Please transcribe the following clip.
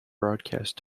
broadcast